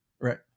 Right